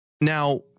Now